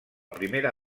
primera